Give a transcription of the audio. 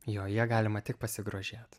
jo ja galima tik pasigrožėt